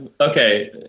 Okay